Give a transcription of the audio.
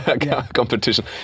competition